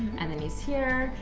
and then he's here,